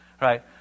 right